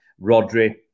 Rodri